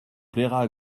plaira